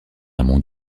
amont